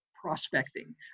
prospecting